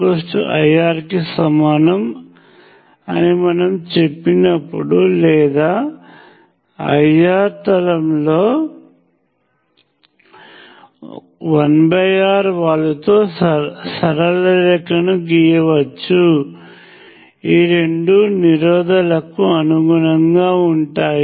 V IR కి సమానం అని మనము చెప్పినప్పుడు లేదా IV తలంలో 1Rవాలుతో సరళ రేఖను గీయవచ్చు ఈ రెండూ నిరోధాలకుకు అనుగుణంగా ఉంటాయి